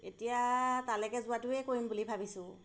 এতিয়া তালৈকে যোৱাটোৱে কৰিম বুলি ভাবিছোঁ